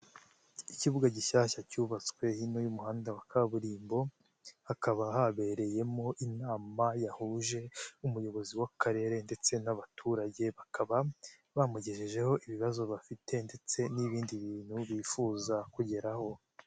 Ikibuga gishyashya cyubatswe hino y'umuhanda wa kaburimbo, hakaba habereyemo inama yahuje n'umuyobozi w'akarere ndetse n'abaturage, bakaba bamugejejeho ibibazo bafite ndetse n'ibindi bintu bifuza kugeraho.